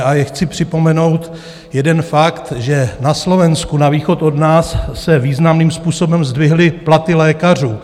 A chci připomenout jeden fakt, že na Slovensku, na východ od nás, se významným způsobem zdvihly platy lékařů.